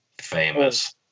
famous